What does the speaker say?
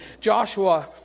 Joshua